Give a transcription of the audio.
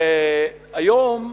היום,